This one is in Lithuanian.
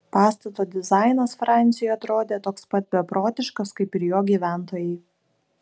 pastato dizainas franciui atrodė toks pat beprotiškas kaip ir jo gyventojai